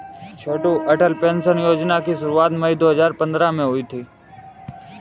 छोटू Atal pension Yojana की शुरुआत मई दो हज़ार पंद्रह में हुई थी